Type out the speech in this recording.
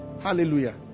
Hallelujah